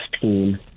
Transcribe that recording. team